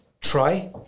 try